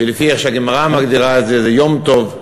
וכפי שהגמרא מגדירה את זה, זה יום טוב.